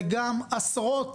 וגם עשרות